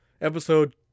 Episode